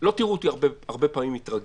לא תראו אותי הרבה פעמים מתרגז.